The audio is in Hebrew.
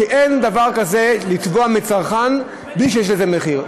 שאין דבר כזה לתבוע מצרכן בלי שיש לזה מחיר,